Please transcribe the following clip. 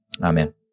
Amen